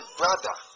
brother